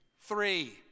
Three